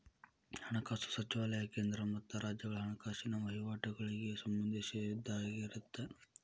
ಹಣಕಾಸು ಸಚಿವಾಲಯ ಕೇಂದ್ರ ಮತ್ತ ರಾಜ್ಯಗಳ ಹಣಕಾಸಿನ ವಹಿವಾಟಗಳಿಗೆ ಸಂಬಂಧಿಸಿದ್ದಾಗಿರತ್ತ